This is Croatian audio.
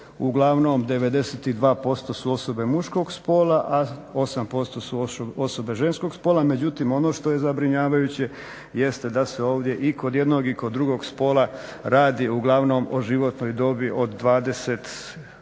uglavnom 92% su osobe muškog spola, a 8% su osobe ženskog spola. Međutim, ono što je zabrinjavajuće jeste da se ovdje i kod jednog i kod drugog spola radi uglavnom o životnoj dobi od 26